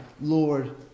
Lord